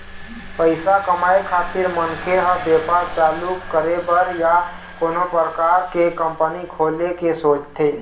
पइसा कमाए खातिर मनखे ह बेपार चालू करे बर या कोनो परकार के कंपनी खोले के सोचथे